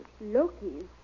Loki's